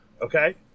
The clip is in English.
okay